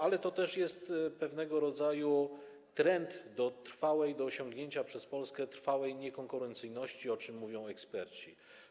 Ale to też jest pewnego rodzaju trend w zakresie osiągnięcia przez Polskę trwałej niekonkurencyjności, o czym mówią eksperci.